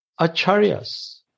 acharyas